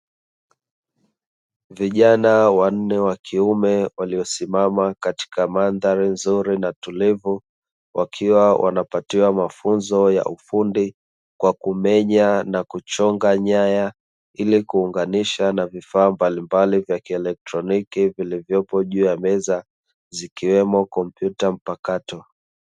Vijana wanne wa kiume walio simama katika mandhari nzuri na tulivu wakiwa wanapatia mafunzo ya ufundi kwa kumenya na kuchonga nyaya, ili kuunganisha na vifaa mbalimbali vya kieletroniki vilivyopo juu ya meza zikiwemo kompyuta mpakato.